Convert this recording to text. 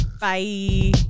Bye